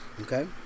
Okay